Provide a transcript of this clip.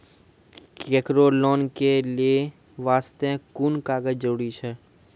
केकरो लोन लै के बास्ते कुन कागज जरूरी छै?